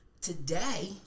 today